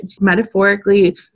metaphorically